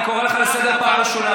אני קורא אותך לסדר פעם ראשונה.